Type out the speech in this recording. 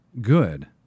good